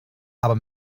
aber